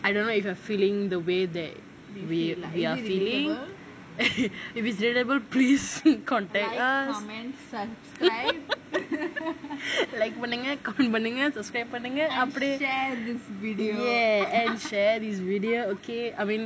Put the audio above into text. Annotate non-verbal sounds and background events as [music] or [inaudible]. I don't know is a feeling the way that we are feeling [laughs] if it's relatable please contact us [laughs] like பண்ணுங்க:pannunga comment பண்ணுங்க:panunga subscribe பண்ணுங்க அப்பிடியே:panunga apidiyae ya and share this video okay I mean